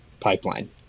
pipeline